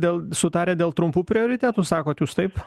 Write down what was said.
dėl sutarę dėl trumpų prioritetų sakot jūs taip